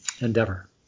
endeavor